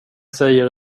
säger